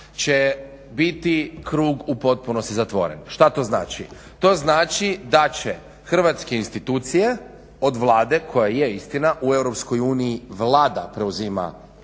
će biti krug u potpunosti zatvoren. Šta to znači? To znači da će hrvatske institucije od Vlade koja je istina u EU Vlada preuzima